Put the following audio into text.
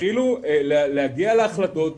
תתחילו להגיע להחלטות,